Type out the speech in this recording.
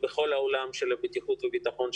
ובכל העולם של בטיחות וביטחון,